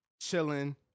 chilling